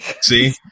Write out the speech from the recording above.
See